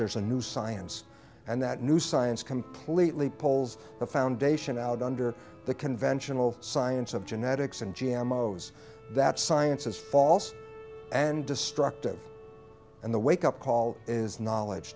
there's a new science and that new science completely poles the foundation out under the conventional science of genetics and g m o those that science is false and destructive and the wake up call is knowledge